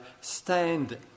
stand